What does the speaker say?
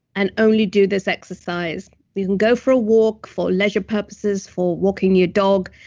and only do this exercise you can go for a walk for leisure purposes, for walking your dog,